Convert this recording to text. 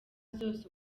zose